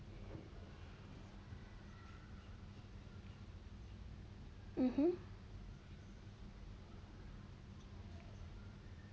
mmhmm